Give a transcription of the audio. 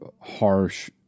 harsh